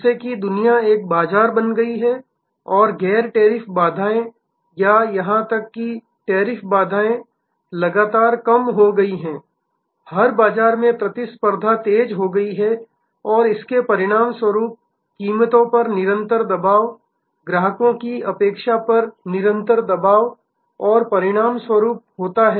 जैसा कि दुनिया एक बाजार बन गई है और गैर टैरिफ बाधाएं या यहां तक कि टैरिफ बाधाएं लगातार कम हो गई हैं हर बाजार में प्रतिस्पर्धा तेज हो गई है और इसके परिणामस्वरूप कीमतों पर निरंतर दबाव ग्राहकों की अपेक्षा पर निरंतर दबाव और परिणामस्वरूप होता है